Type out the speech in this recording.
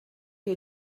you